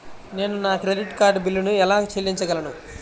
నేను నా credit card బిల్లును ఎలా చెల్లించగలను?